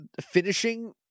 finishing